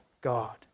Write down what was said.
God